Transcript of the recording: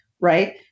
right